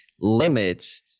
limits